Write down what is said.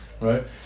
right